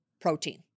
protein